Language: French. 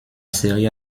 série